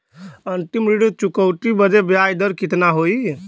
अंतिम ऋण चुकौती बदे ब्याज दर कितना होई?